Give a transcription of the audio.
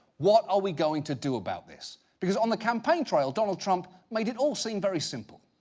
what are we going to do about this? because on the campaign trail, donald trump made it all seem very simple.